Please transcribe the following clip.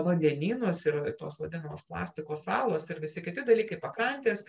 vandenynus ir tos vadinamos plastiko salos ir visi kiti dalykai pakrantės